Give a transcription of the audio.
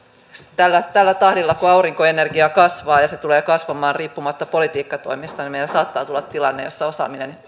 tällä tällä tahdilla kuin aurinkoenergia kasvaa ja se tulee kasvamaan riippumatta politiikkatoimista meillä saattaa tulla tilanne jossa osaaminen